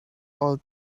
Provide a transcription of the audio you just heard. all